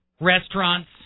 restaurants